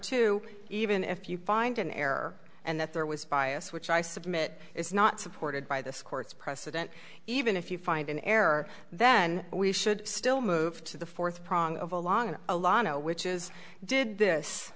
two even if you find an error and that there was bias which i submit is not supported by this court's precedent even if you find an error then we should still move to the fourth pronk of a long and a lot which is did this